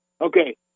Okay